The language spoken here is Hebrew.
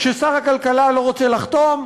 כששר הכלכלה לא רוצה לחתום,